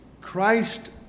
Christ